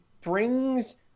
brings